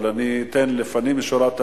אבל אני אתן לפנים משורת הדין,